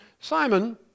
Simon